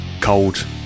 cold